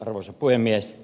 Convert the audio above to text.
arvoisa puhemies